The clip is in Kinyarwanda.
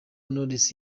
knowless